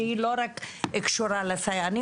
שהיא לא רק קשורה לסייענים,